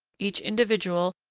each individual,